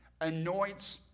anoints